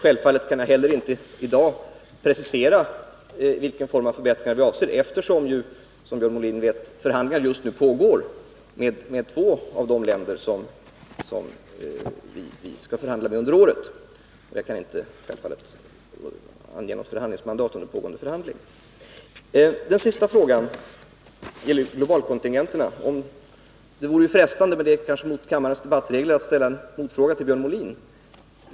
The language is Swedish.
Jag kan inte i dag precisera vilken form av förbättringar som avses, eftersom — som Björn Molin vet — förhandlingar just nu pågår med två av de länder som vi skall förhandla med under året. Jag kan självfallet inte ange något förhandlingsmandat under pågående förhandling. Björn Molins sista fråga gällde globalkontingenterna. Det vore frestande — men det kanske är mot kammarens debattregler — att ställa en motfråga till Björn Molin.